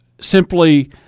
simply –